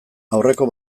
aurreko